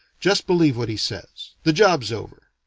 just believe what he says. the job's over.